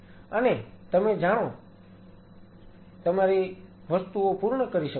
અને તેમ છતાં તમે જાણો છો કે તમે તમારી વસ્તુઓ પૂર્ણ કરી શકો છો